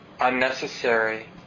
unnecessary